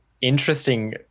interesting